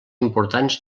importants